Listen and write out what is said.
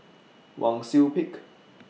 Wang Sui Pick